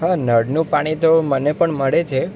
હા નળનું પાણી તો મને પણ મળે છે